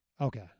Okay